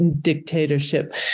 dictatorship